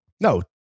No